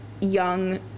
young